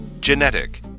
Genetic